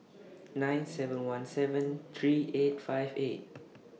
nine seven one seven three eight five eight